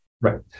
Right